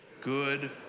Good